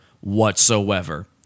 whatsoever